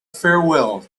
farewell